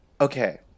okay